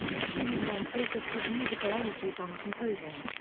schumann then focused his musical energies on composing.